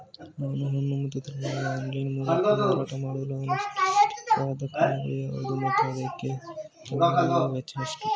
ನಾನು ಹಣ್ಣು ಮತ್ತು ತರಕಾರಿಗಳನ್ನು ಆನ್ಲೈನ ಮೂಲಕ ಮಾರಾಟ ಮಾಡಲು ಅನುಸರಿಸಬೇಕಾದ ಕ್ರಮಗಳು ಯಾವುವು ಮತ್ತು ಅದಕ್ಕೆ ತಗಲುವ ವೆಚ್ಚ ಎಷ್ಟು?